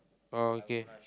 orh okay